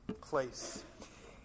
place